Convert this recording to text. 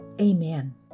Amen